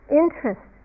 interest